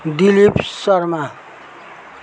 Dilip Sharma